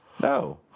No